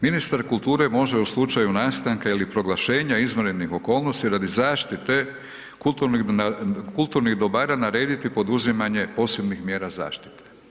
Ministar kulture može u slučaju nastanka ili proglašenja izvanrednih okolnosti radi zaštite kulturnih dobara narediti poduzimanje posebnih mjera zaštite“